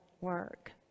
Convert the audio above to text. work